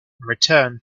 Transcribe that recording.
return